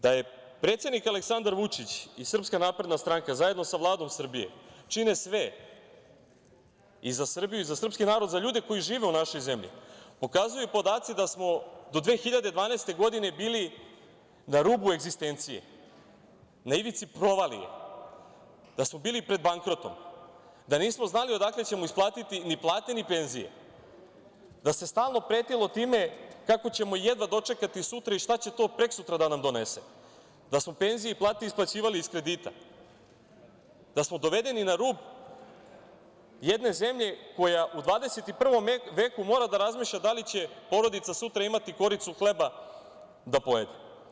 Da predsednik Aleksandar Vučić i SNS zajedno sa Vladom Srbije čine sve i za Srbiju i za srpski narod, za ljude koji žive u našoj zemlji, pokazuju podaci da smo do 2012. godine bili na rubu egzistencije, na ivici provalije, da smo bili pred bankrotom, da nismo znali odakle ćemo isplatiti ni plate ni penzije, da se stalno pretilo time kako ćemo jedva dočekati sutra i šta će to prekosutra da nam donese, da smo penzije i plate isplaćivali iz kredita, da smo dovedeni na rub jedne zemlje koja u 21. veku mora da razmišlja da li će porodica sutra imati koricu hleba da pojede.